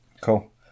Cool